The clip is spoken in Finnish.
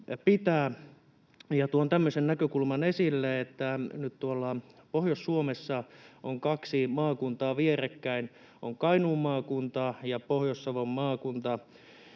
näkökulman esille, että nyt tuolla Pohjois-Suomessa on kaksi maakuntaa vierekkäin: on Kainuun maakunta ja Pohjois-Savon maakunta.